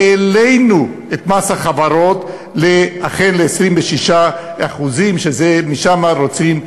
והעלינו את מס החברות אכן ל-26% 25%,